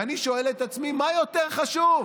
ואני שואל את עצמי מה יותר חשוב,